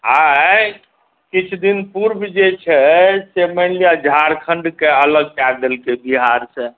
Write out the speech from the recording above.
आइ किछु दिन पुर्व जे छै से मानि लिअ झारखण्डके अलग कय देलकै बिहारसे